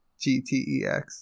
GTEX